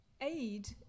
aid